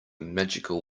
magical